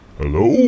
hello